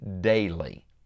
daily